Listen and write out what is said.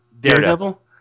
Daredevil